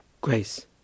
Grace